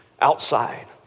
outside